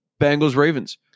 Bengals-Ravens